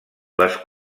les